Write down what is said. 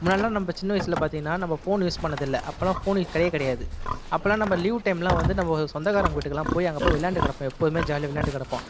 முன்னாடி எல்லாம் நம்ம சின்ன வயசில் பார்த்தோம்னா ஃபோன் யூஸ் பண்ணுறது இல்லை அப்பெல்லாம் ஃபோன் கிடையவே கிடையாது அப்பெல்லாம் லீவு டைமில் வந்து நம்ம சொந்தக்காரங்கள் வீட்டுக்கெல்லாம் போய் நம்ம விளையாண்டுகிட்டு கிடப்போம் போய் எப்பவுமே விளையாடக் கிடப்போம்